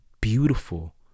beautiful